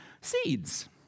seeds